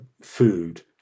food